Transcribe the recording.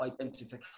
identification